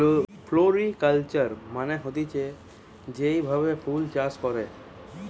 floriculture মানে হতিছে যেই ভাবে ফুল চাষ করে